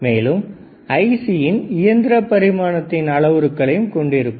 மேலும் ஐசியின் இயந்திர பரிணாமத்தின் அளவுருகளையும் கொண்டிருக்கும்